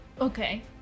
Okay